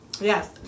Yes